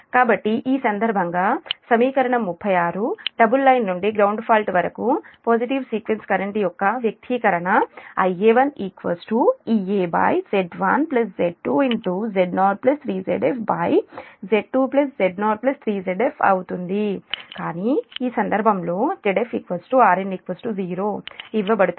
కాబట్టి ఈ సందర్భంగా ఈక్వేషన్ 36 డబుల్ లైన్ నుండి గ్రౌండ్ ఫాల్ట్ వరకు పాజిటివ్ సీక్వెన్స్ కరెంట్ యొక్క వ్యక్తీకరణ Ia1 EaZ1Z2Z03ZfZ2Z03Zf కానీ ఈ సందర్భంలో Zf Rn 0 ఇవ్వబడుతుంది